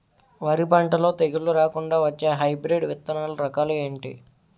వరి పంటలో తెగుళ్లు రాకుండ వచ్చే హైబ్రిడ్ విత్తనాలు రకాలు ఏంటి?